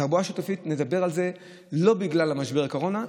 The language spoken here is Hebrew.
תחבורה שיתופית, נדבר על זה לא בגלל משבר הקורונה.